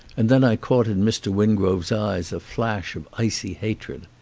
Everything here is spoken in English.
and then i caught in mr. wingrove's eyes a flash of icy hatred.